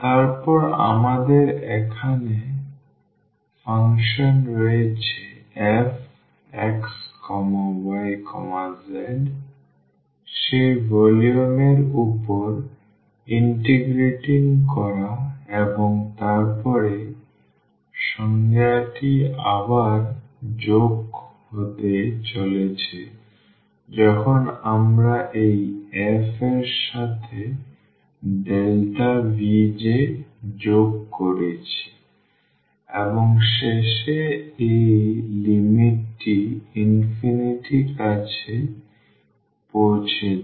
তারপর আমাদের এখানে ফাংশন রয়েছে fxyz সেই ভলিউম এর উপর ইন্টিগ্র্যাটিং করা এবং তারপরে সংজ্ঞাটি আবার যোগ হতে চলেছে যখন আমরা এই f এর সাথে Vj যোগ করেছি এবং শেষে এই লিমিটটি কাছে পৌঁছে দেই